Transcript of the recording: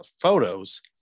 photos